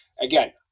again